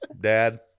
Dad